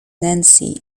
nancy